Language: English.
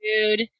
dude